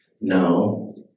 no